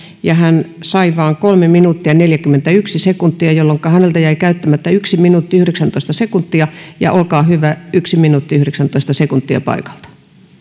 ja hän sai vain kolme minuuttia neljäkymmentäyksi sekuntia jolloinka häneltä jäi käyttämättä yksi minuutti yhdeksäntoista sekuntia olkaa hyvä yksi minuutti yhdeksäntoista sekuntia paikalta